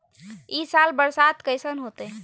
ई साल बरसात कैसन होतय?